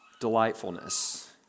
delightfulness